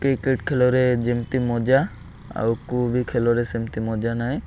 cricket ଖେଳରେ ଯେମିତି ମଜା ଆଉ କେଉଁ ବି ଖେଳରେ ସେମିତି ମଜା ନାହିଁ